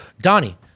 Donnie